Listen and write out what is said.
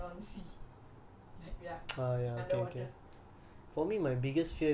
ya so that would be my fear like I would rather die on land on then on sea